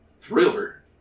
Thriller